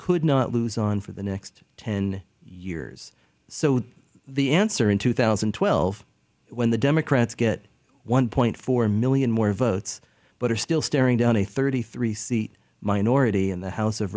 could not lose on for the next ten years so the answer in two thousand and twelve when the democrats get one point four million more votes but are still staring down a thirty three seat minority in the house of